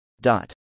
Dot